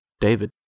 David